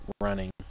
running